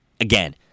again